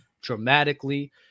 dramatically